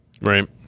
Right